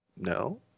No